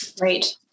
Right